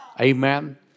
Amen